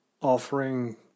offering